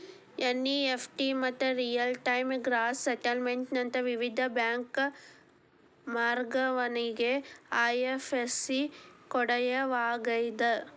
NEFT ಮತ್ತ real time gross settlement ನಂತ ವಿವಿಧ ಬ್ಯಾಂಕ್ ವರ್ಗಾವಣೆಗೆ ಐ.ಎಫ್.ಎಸ್.ಸಿ ಕಡ್ಡಾಯವಾಗ್ಯದ